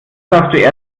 darfst